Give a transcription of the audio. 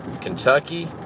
Kentucky